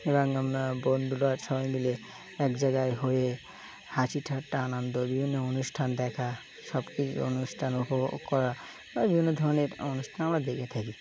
আমরা বন্ধুরা সবাই মিলে এক জায়গায় হয়ে হাসি ঠাটটা আনন্দ বিভিন্ন অনুষ্ঠান দেখা সব কিছু অনুষ্ঠান উপভোগ করা বা বিভিন্ন ধরনের অনুষ্ঠান আমরা দেখে থাকি